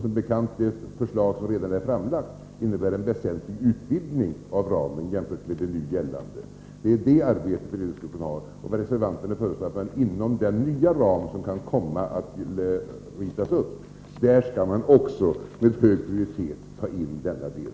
Som bekant innebär det förslag som redan är framlagt en väsentlig utvidgning av ramen jämfört med vad som nu gäller. Det är det uppdraget beredningsgruppen har. Reservanterna föreslår att man inom den nya ram som kan komma att ritas upp också med hög prioritet skall ta in denna del.